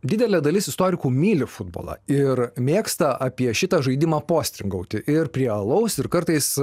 didelė dalis istorikų myli futbolą ir mėgsta apie šitą žaidimą postringauti ir prie alaus ir kartais